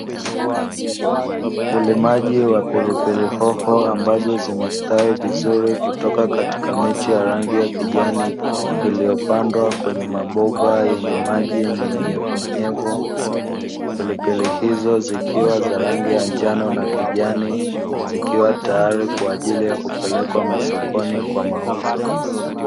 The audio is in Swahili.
Ulimaji wa pilipili hoho ambazo zimestawi vizuri kutoka kataka miche ya rangi ya kijani iliyopandwa kwenye mabomba yenye maji yenye unyevu unyevu. Pilipili hizo zikiwa za rangi ya njano na kijani, zikiwa tayari kwa ajili ya kupelekwa masokoni kwa mauzo.